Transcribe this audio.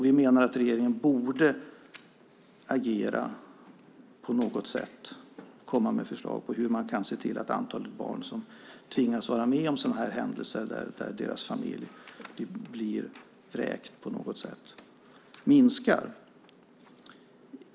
Vi menar att regeringen borde agera på något sätt och komma med förslag på hur man kan se till att antalet barn som tvingas vara med om att deras familj blir vräkt på något sätt minskar.